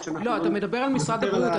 שאנחנו --- אתה מדבר על משרד הבריאות,